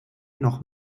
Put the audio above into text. noch